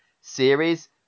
series